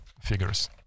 figures